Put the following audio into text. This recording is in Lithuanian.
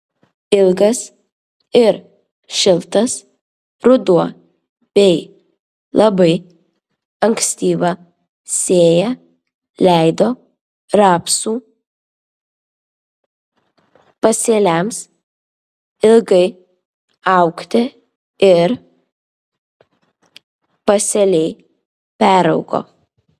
ilgas ir šiltas ruduo bei labai ankstyva sėja leido rapsų pasėliams ilgai augti ir pasėliai peraugo